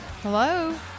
Hello